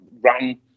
run